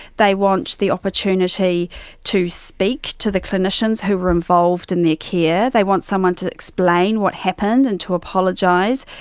they want the opportunity to speak to the clinicians who were involved in their care, they want someone to explain what happened and to apologise,